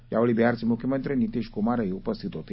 यावेळी बिहारचे मुख्यमंत्री नितीश कुमारही उपस्थित होते